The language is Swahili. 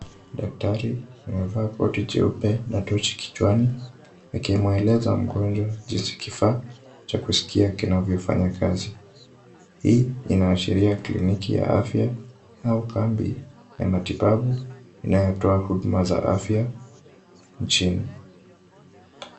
Daktari amevaa koti jeupe na tochi kichwani akimweleza mgonjwa jinsi kifaa cha kuskia kinavyofanya kazi. Hii inaashiria kliniki ya afya au kambi ya matibabu inayotoa huduma za afya nchini.